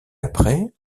après